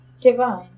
divine